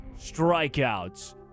strikeouts